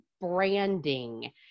branding